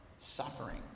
suffering